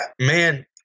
man